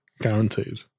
guaranteed